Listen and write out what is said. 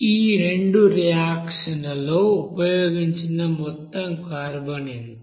ఈ రెండు రియాక్షన్ లలో ఉపయోగించిన మొత్తం కార్బన్ ఎంత